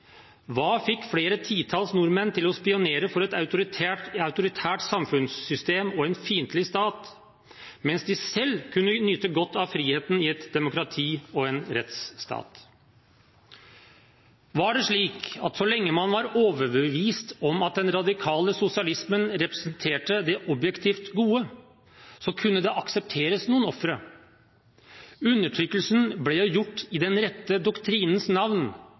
Hva fikk flere titalls nordmenn til å spionere for et autoritært samfunnssystem og en fiendtlig stat, mens de selv kunne nyte godt av friheten i et demokrati og en rettsstat? Var det slik at så lenge man var overbevist om at den radikale sosialismen representerte det objektivt gode, kunne det aksepteres noen ofre? Undertrykkelsen ble jo gjort i den rette doktrinens navn,